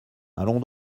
allons